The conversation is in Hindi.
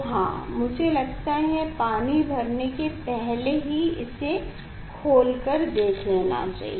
हाँ तो मुझे लगता है पानी भरने से पहले हमे इसे खोल के देख लेना होगा